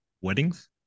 weddings